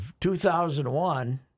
2001